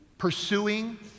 pursuing